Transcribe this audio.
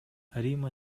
римма